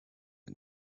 the